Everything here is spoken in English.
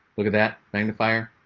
look at that magnifier.